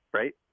right